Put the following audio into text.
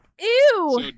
Ew